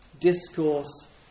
discourse